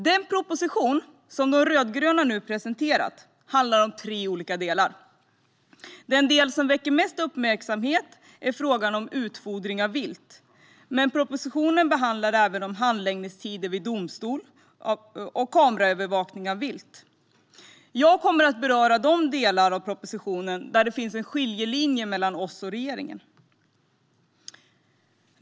Den proposition som de rödgröna nu presenterat handlar om tre olika delar. Den del som väckt mest uppmärksamhet är frågan om utfodring av vilt, men propositionen behandlar även handläggningstider i domstol och kameraövervakning av vilt. Jag kommer att beröra de delar av propositionen där det finns en skiljelinje mellan oss och regeringen.